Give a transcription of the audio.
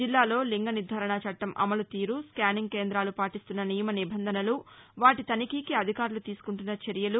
జిల్లాలో లింగ నిర్దారణ చట్లం అమలు తీరు స్కానింగు కేంద్రాలు పాటిస్తున్న నియమ నిబంధనలు వాటీ తనిఖీకి అధికారులు తీసుకుంటున్న చర్యలు